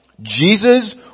Jesus